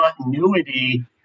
continuity